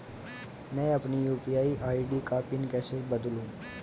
मैं अपनी UPI ID का पिन कैसे बदलूं?